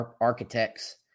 architects